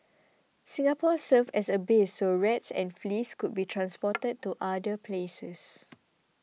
Singapore served as a base so rats and fleas could be transported to other places